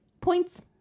Points